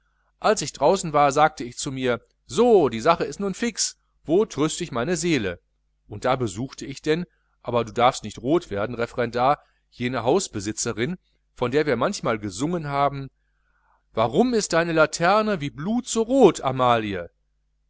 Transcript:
als ich draußen war sagte ich mir so die sache ist nun fix wo tröst ich meine seele und da besuchte ich denn aber du darfst nicht rot werden referendar jene hausbesitzerin von der wir manchmal gesungen haben warum ist deine laterne wie blut so rot amalie